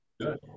Good